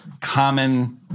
common